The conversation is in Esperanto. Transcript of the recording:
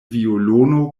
violono